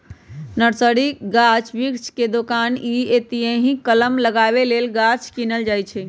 nursery गाछ वृक्ष के दोकान हइ एतहीसे कलम लगाबे लेल गाछ किनल जाइ छइ